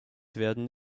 werden